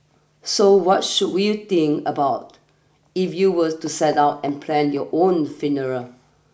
so what should we you think about if you were to set out and plan your own funeral